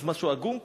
אז משהו עגום פה,